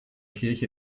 kirche